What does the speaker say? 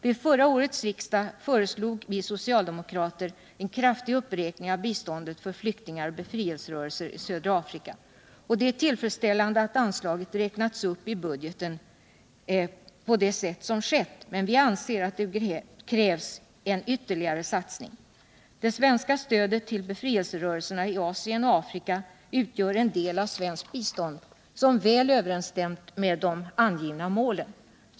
Till förra årets riksdag föreslog vi socialdemokrater en kraftig uppräkning av biståndet till flyktingar och befrielserörelser i södra Afrika. Det är tillfredsställande att anslaget räknats upp i budgeten på det sätt som skett, men vi anser att det krävs en yuerligare satsning. Det svenska stödet till befrielserörelserna i Asien och Afrika utgör en del av svenskt bistånd som väl överensstämt med de allmänna målen.